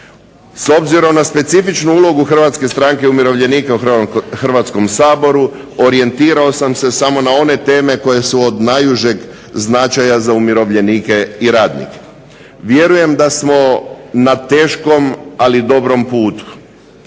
S obzirom na specifičnu ulogu HSU-a u Hrvatskom saboru orijentirao sam se samo na one teme koje su od najužeg značaja za umirovljenike i radnike. Vjerujem da smo na teškom ali dobrom putu.